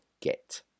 get